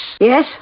Yes